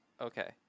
okay